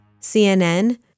CNN